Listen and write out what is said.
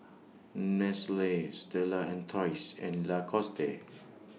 Nestle Stella Artois and Lacoste